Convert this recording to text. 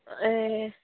ए